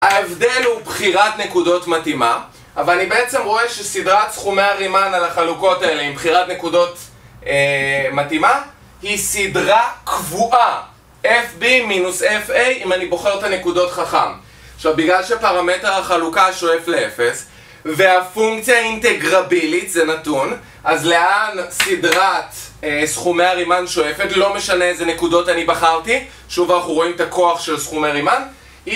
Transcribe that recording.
ההבדל הוא בחירת נקודות מתאימה, אבל אני בעצם רואה שסדרת סכומי הרימן על החלוקות האלה עם בחירת נקודות מתאימה היא סדרה קבועה fb מינוס fa אם אני בוחר את הנקודות חכם עכשיו בגלל שפרמטר החלוקה שואף לאפס, והפונקציה אינטגרבילית זה נתון, אז לאן סדרת סכומי הרימן שואפת לא משנה איזה נקודות אני בחרתי שוב אנחנו רואים את הכוח של סכומי הרימן